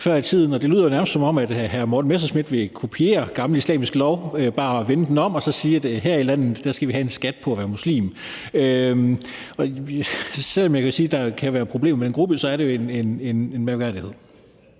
Det lyder nærmest, som om hr. Morten Messerschmidt vil kopiere gammel islamisk lov, altså bare vende den om og sige: Her i landet skal vi have en skat på at være muslim. Og selv om jeg kan se, at der kan være problemer med den gruppe, så er det jo en mærkværdighed.